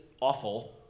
awful